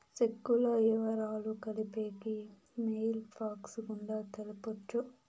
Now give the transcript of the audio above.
సెక్కుల ఇవరాలు తెలిపేకి మెయిల్ ఫ్యాక్స్ గుండా తెలపొచ్చు